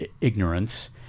ignorance